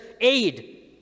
aid